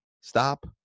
stop